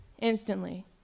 instantly